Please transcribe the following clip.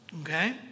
okay